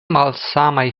malsamaj